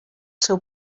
seu